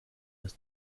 das